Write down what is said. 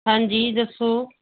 ਹਾਂਜੀ ਦੱਸੋ